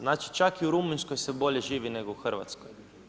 Znači čak i u Rumunjskoj se bolje živi nego u Hrvatskoj.